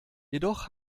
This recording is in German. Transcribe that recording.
jedoch